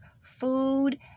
food